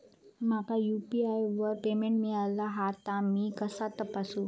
माका यू.पी.आय वर पेमेंट मिळाला हा ता मी कसा तपासू?